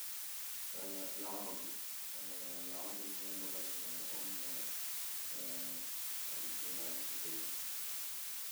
العربي هو اللغة ال- الأم لعيلتي كلها.